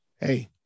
Hey